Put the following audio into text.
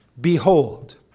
Behold